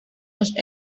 los